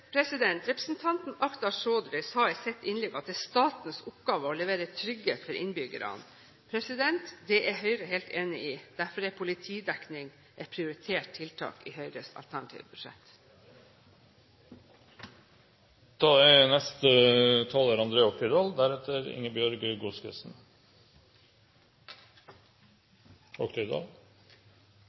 Representanten Akhtar Chaudhry sa i sitt innlegg at det var statens oppgave å levere trygghet for innbyggerne. Det er Høyre helt enig i. Derfor er politidekning et prioritert tiltak i Høyres alternative budsjett.